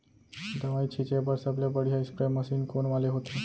दवई छिंचे बर सबले बढ़िया स्प्रे मशीन कोन वाले होथे?